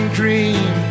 dream